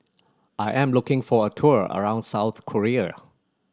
I am looking for a tour around South Korea